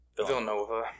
Villanova